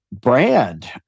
brand